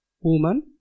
Woman